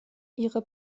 ihre